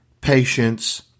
patience